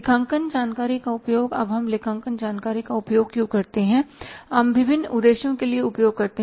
लेखांकन जानकारी का उपयोग अब हम लेखांकन जानकारी का उपयोग क्यों करते हैं हम विभिन्न उद्देश्यों के लिए उपयोग करते हैं